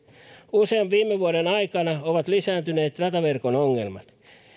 usean viime vuoden aikana ovat lisääntyneet rataverkon ongelmat